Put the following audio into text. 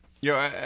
Yo